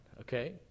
okay